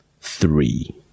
Three